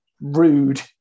rude